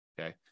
Okay